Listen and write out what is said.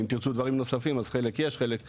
אם תרצו דברים נוספים אז חלק יש חלק נשלים,